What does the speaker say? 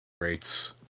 rates